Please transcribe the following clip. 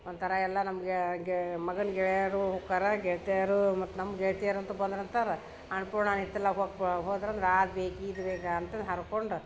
ಒಂಥರ ಎಲ್ಲ ನಮಗೆ ಗೇ ಮಗನ ಗೆಳೆಯರು ಹೋಕ್ಕಾರ ಗೆಳ್ತಿಯರು ಮತ್ತು ನಮ್ಮ ಗೆಳ್ತಿಯರು ಅಂತೂ ಬಂದ್ರೆ ಅಂತಾರ ಅನ್ನಪೂರ್ಣ ಹಿತ್ತಲ್ದಾಗ ಹೊಕ್ ಹೋದ್ರು ಅಂದ್ರೆ ಅದ್ ಬೇಕು ಇದು ಬೇಕು ಅಂಥದ್ದು ಹರ್ಕೊಂಡು